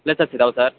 places ಇದಾವೆ sir